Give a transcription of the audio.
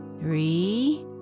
three